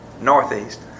Northeast